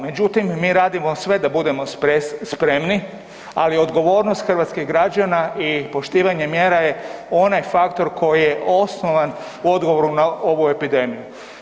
Međutim, mi radimo sve da budemo spremni, ali odgovornost hrvatskih građana i poštivanje mjera je onaj faktor koji je osnovan u odgovoru na ovu epidemiju.